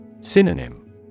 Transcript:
Synonym